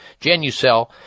genucell